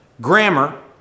grammar